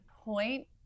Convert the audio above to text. point